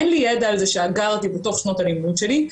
אין לי ידע על זה שאגרתי בתוך שנות הלימוד שלי.